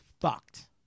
fucked